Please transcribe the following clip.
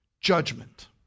Judgment